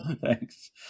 Thanks